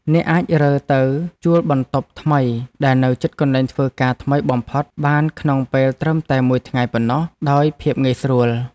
អ្នកអាចរើទៅជួលបន្ទប់ថ្មីដែលនៅជិតកន្លែងធ្វើការថ្មីបំផុតបានក្នុងពេលត្រឹមតែមួយថ្ងៃប៉ុណ្ណោះដោយភាពងាយស្រួល។